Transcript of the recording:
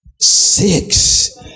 Six